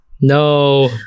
No